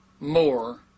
more